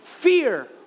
fear